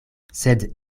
sed